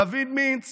דוד מינץ